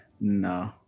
No